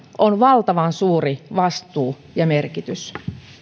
on valtavan suuri vastuu ja merkitys